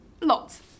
lots